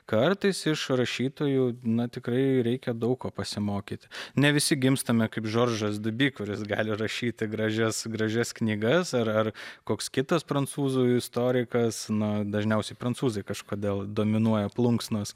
kartais iš rašytojų na tikrai reikia daug ko pasimokyti ne visi gimstame kaip žoržas dubi kuris gali rašyti gražias gražias knygas ar ar koks kitas prancūzų istorikas na dažniausiai prancūzai kažkodėl dominuoja plunksnos